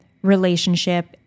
relationship